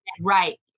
right